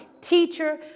teacher